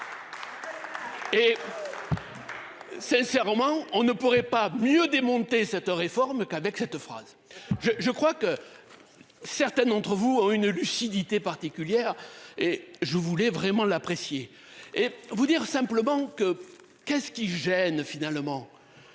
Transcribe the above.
Et. Sincèrement, on ne pourrait pas mieux démonter cette réforme qu'avec cette phrase je je crois que. Certaines d'entre vous ont une lucidité particulière et je voulais vraiment l'apprécier et vous dire simplement que, qu'est-ce qui gêne finalement.